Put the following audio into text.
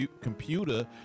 computer